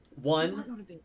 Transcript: One